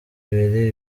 ibiri